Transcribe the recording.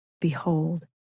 Behold